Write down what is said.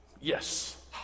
Yes